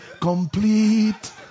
complete